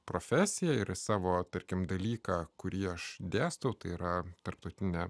profesija ir savo tarkim dalyką kurį aš dėstau tai yra tarptautinio